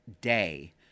day